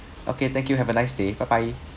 okay thank you have a nice day bye bye